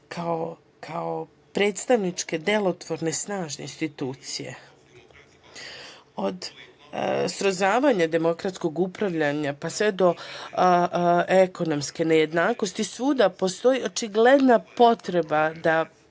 kao predstavničke, delotvorne, snažne institucije. Od srozavanja demokratskog upravljanja, pa sve do ekonomske nejednakosti, svuda postoji očigledna potreba da